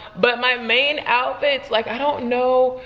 but my main outfits, like i don't know.